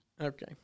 Okay